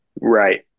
Right